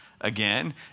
again